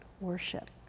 worship